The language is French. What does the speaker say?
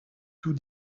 tout